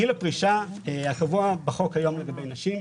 גיל הפרישה הקבוע בחוק היום לגבי נשים,